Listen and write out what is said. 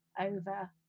over